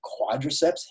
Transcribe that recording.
quadriceps